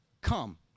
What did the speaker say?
come